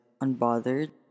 unbothered